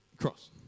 cross